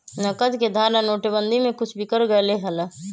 नकद के धारा नोटेबंदी में कुछ बिखर गयले हल